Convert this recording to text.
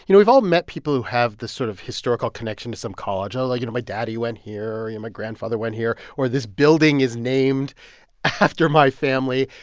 you know we've all met people who have the sort of historical connection to some college. ah like, you know, my daddy went here. yeah my grandfather went here. or this building is named after my family.